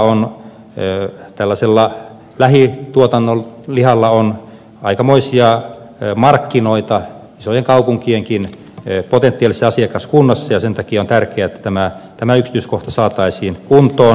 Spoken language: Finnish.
kuitenkin lampaanlihalla tällaisella lähituotannon lihalla on aikamoisia markkinoita myös isojen kaupunkien potentiaalisessa asiakaskunnassa ja sen takia on tärkeää että tämä yksityiskohta saataisiin kuntoon